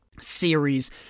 series